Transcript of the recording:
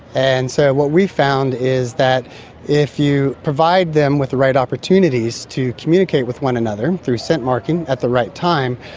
and so what we found is that if you provide them with the right opportunities to communicate with one another through scent marking at the right time,